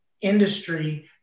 industry